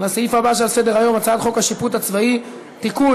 לסעיף הבא שעל סדר-היום: הצעת חוק השיפוט הצבאי (תיקון,